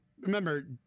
remember